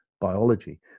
biology